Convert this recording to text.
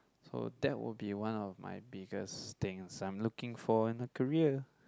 so that will be one of my biggest things I'm looking for in a career